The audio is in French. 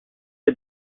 est